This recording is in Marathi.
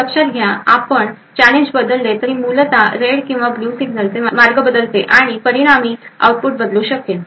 तर लक्षात घ्या की जर आपण चॅलेंज बदलले तर ते मूलत रेड आणि ब्ल्यू सिग्नल चे मार्ग बदलते आणि परिणामी आउटपुट बदलू शकेल